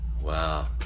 Wow